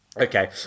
Okay